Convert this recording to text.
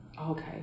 Okay